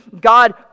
God